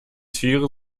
tiere